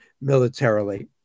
militarily